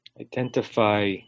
Identify